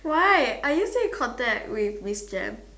why are you still in contact with Miss Jem